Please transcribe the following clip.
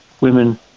women